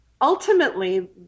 ultimately